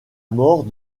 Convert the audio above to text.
mort